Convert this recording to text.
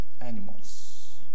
animals